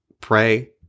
pray